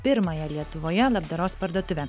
pirmąją lietuvoje labdaros parduotuvę